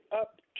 up